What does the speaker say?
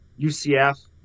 UCF